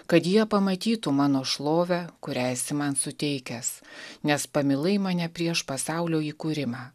kad jie pamatytų mano šlovę kurią esi man suteikęs nes pamilai mane prieš pasaulio įkūrimą